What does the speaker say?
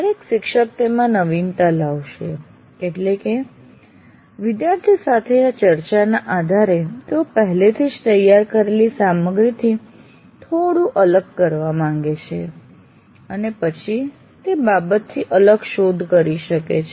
ક્યારેક શિક્ષક તેમાં નવીનતા લાવશે એટલે કે વિદ્યાર્થી સાથે ચર્ચાના આધારે તેઓ પહેલાથી જ તૈયાર કરેલી સામગ્રીથી થોડું અલગ કરવા માંગે છે અને પછી તે બાબતથી અલગ શોધ કરી શકે છે